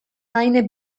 eine